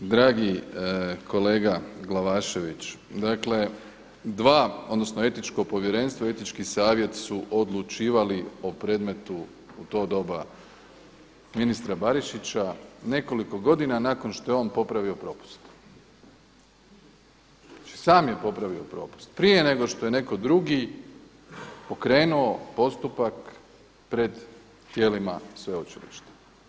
Dragi kolega Glavašević, dakle dva odnosno Etičko povjerenstvo i Etički savjet su odlučivali o predmetu u to doba ministra Barišića nekoliko godina nakon što je on popravio propust, znači sam je popravio propust prije nego što je neko drugi pokrenuo postupak pred tijelima sveučilišta.